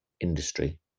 industry